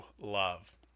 love